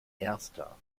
erster